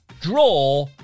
draw